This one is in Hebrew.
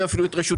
חשבון.